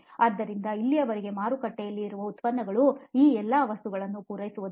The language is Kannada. ಆದ್ದರಿಂದ ಇಲ್ಲಿಯವರೆಗೆ ಮಾರುಕಟ್ಟೆಯಲ್ಲಿ ಇರುವ ಉತ್ಪನ್ನಗಳು ಈ ಎಲ್ಲ ವಸ್ತುಗಳನ್ನು ಪೂರೈಸುವುದಿಲ್ಲ